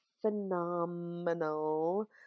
phenomenal